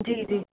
जी जी